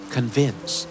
Convince